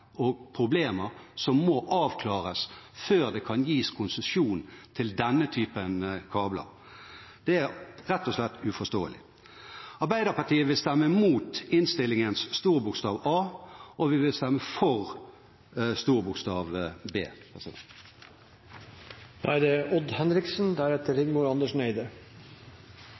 og problemer som må avklares før det kan gis konsesjon til denne typen kabler. Det er rett og slett uforståelig. Arbeiderpartiet vil stemme imot innstillingens A, og vi vil stemme for B. La meg først få takke representanten Per Rune Henriksen,